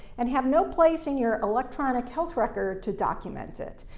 and have no place in your electronic health record to document it.